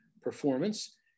performance